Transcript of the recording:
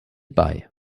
bei